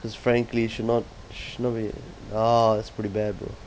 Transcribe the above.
it's frankly should not should not be it ah it's pretty bad bro